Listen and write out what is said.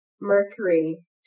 Mercury